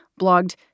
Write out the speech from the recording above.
blogged